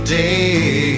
day